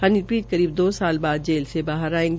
हनीप्रीत करीब द साल बाद जेल से बाहर आयेगी